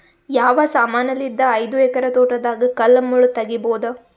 ಯಾವ ಸಮಾನಲಿದ್ದ ಐದು ಎಕರ ತೋಟದಾಗ ಕಲ್ ಮುಳ್ ತಗಿಬೊದ?